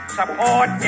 support